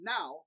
Now